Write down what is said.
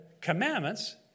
commandments